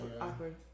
awkward